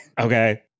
Okay